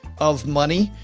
of money,